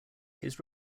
his